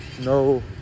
no